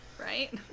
Right